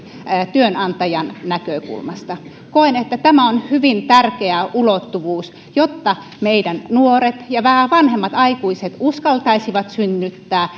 työnantajan näkökulmasta koen että tämä on hyvin tärkeä ulottuvuus jotta meidän nuoret ja vähän vanhemmat aikuiset uskaltaisivat synnyttää